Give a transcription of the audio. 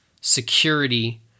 security